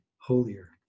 holier